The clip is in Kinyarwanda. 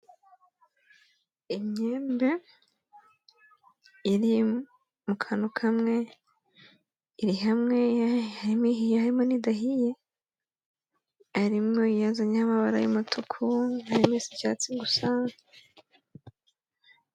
Imyembe iri mu kantu kamwe iri hamwe. Harimo ihiye harimo n'idahiye. Harimo iyazanyeho amabara y'umutuku. Harimo isa icyatsi gusa.